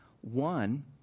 One